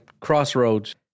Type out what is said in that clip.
Crossroads